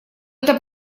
это